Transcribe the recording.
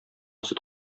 сөт